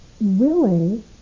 willing